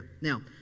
Now